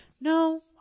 No